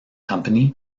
company